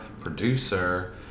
producer